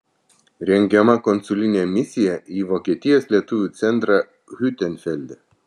rengiama konsulinė misiją į vokietijos lietuvių centrą hiutenfelde